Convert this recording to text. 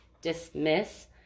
dismiss